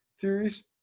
theories